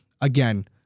again